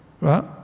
right